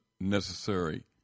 necessary